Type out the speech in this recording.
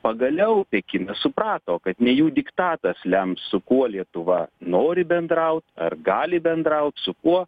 pagaliau pekinas suprato kad ne jų diktatas lems su kuo lietuva nori bendraut ar gali bendraut su kuo